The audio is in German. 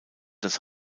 das